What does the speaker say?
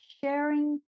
sharing